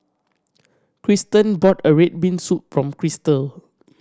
Krysten bought a red bean soup for Kristal